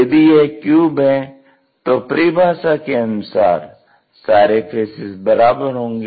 यदि यह क्यूब है तो परिभाषा के अनुसार सारे फेसेज़ बराबर होंगे